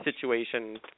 situation